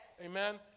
Amen